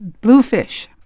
Bluefish